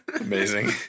Amazing